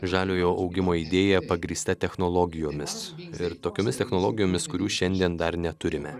žaliojo augimo idėja pagrįsta technologijomis ir tokiomis technologijomis kurių šiandien dar neturime